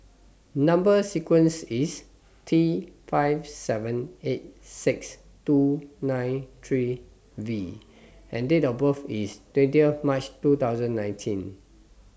Number sequence IS T five seven eight six two nine three V and Date of birth IS twentieth March two thousand nineteen